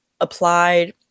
applied